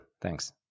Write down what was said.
Thanks